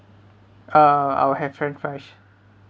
uh I'll have french fries